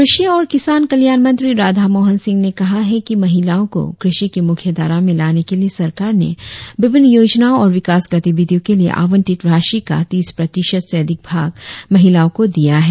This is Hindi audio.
कृषि और किसान कल्याण मंत्री राधामोहन सिंह ने कहा है कि महिलाओं को कृषि की मुख्यधारा में लाने के लिए सरकार ने विभिन्न योजनाओं और विकास गतिविधियों के लिए आवंटित राशि का तीस प्रतिशत से अधिक भाग महिलाओं को दिया है